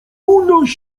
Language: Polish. unoś